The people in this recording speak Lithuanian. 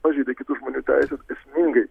pažeidė kitų žmonių teises esmingai